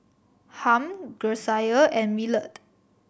Harm Grecia and Millard